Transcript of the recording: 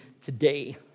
today